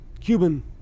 Cuban